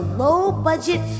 low-budget